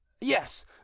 yes